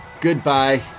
Goodbye